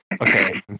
Okay